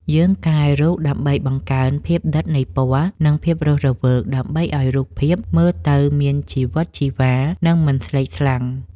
យើងកែរូបដើម្បីបង្កើន ភាពដិតនៃពណ៌ និង ភាពរស់រវើក ដើម្បីឱ្យរូបភាពមើលទៅមានជីវិតជីវ៉ា និងមិនស្លេកស្លាំង។